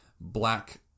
black